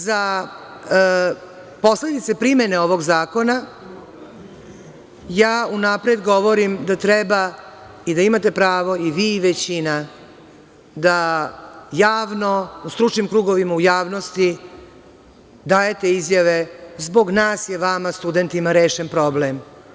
Za posledice primene ovog zakona ja unapred govorim da treba i da imate pravo, i vi i većina, da javno, u stručnim krugovima, u javnosti, dajete izjave – zbog nas je vama studentima rešen problem.